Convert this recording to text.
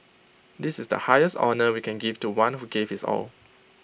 this is the highest honour we can give to one who gave his all